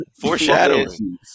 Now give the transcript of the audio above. foreshadowing